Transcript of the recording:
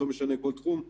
כל תחום,